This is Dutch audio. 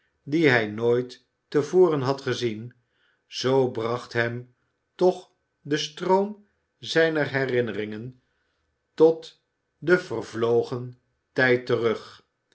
dien hij nooit te voren had gezien zoo bracht hem toch de stroom zijner herinneringen tot den vervlogen tijd terug